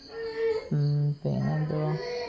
പിന്നെ എന്തുവാ